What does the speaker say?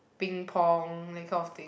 ping-pong that kind of thing